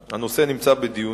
הפלסטינית, שבה המחיר נמוך במיוחד.